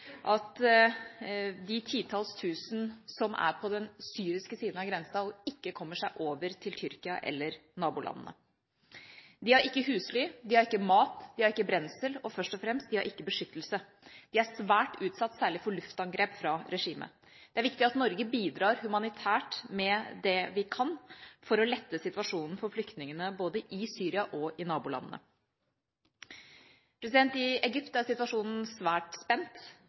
de titalls tusen som er på den syriske siden av grensen, ikke kommer seg over til Tyrkia eller nabolandene. De har ikke husly, de har ikke mat, de har ikke brensel, og de har først og fremst ikke beskyttelse. De er svært utsatt for særlig luftangrep fra regimet. Det er viktig at Norge bidrar humanitært med det vi kan for å lette situasjonen for flyktningene både i Syria og i nabolandene. I Egypt er situasjonen svært spent.